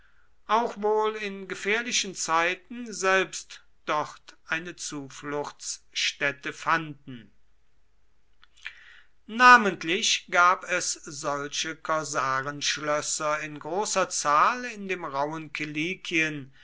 auch wohl in gefährlichen zeiten selbst dort eine zufluchtsstätte fanden namentlich gab es solche korsarenschlösser in großer zahl in dem rauhen